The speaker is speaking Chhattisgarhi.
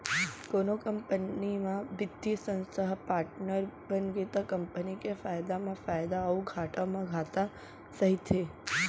कोनो कंपनी म बित्तीय संस्था ह पाटनर बनगे त कंपनी के फायदा म फायदा अउ घाटा म घाटा सहिथे